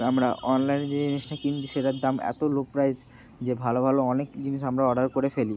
আমরা অনলাইনে যে জিনিসটা কিনছি সেটার দাম এত লো প্রাইস যে ভালো ভালো অনেক জিনিস আমরা অর্ডার করে ফেলি